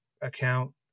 account